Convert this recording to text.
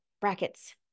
brackets